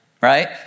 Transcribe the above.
Right